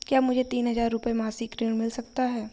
क्या मुझे तीन हज़ार रूपये मासिक का ऋण मिल सकता है?